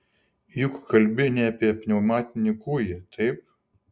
juk kalbi ne apie pneumatinį kūjį taip